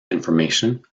information